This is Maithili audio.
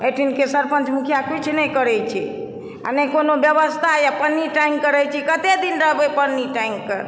एहिठिनके सरपञ्च मुखिआ किछु नहि करैत छै आ नहि कोनो व्यवस्था यऽ पन्नी टाँगिकऽ रहैत छी कतय दिन रहबय पन्नी टाँगिकऽ